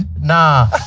Nah